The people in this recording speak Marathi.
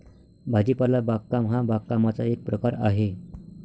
भाजीपाला बागकाम हा बागकामाचा एक प्रकार आहे